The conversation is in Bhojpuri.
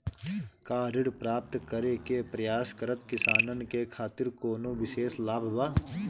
का ऋण प्राप्त करे के प्रयास करत किसानन के खातिर कोनो विशेष लाभ बा